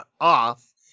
off